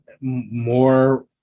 more